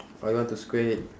or you want to square it